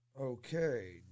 Okay